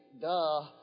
duh